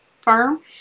firm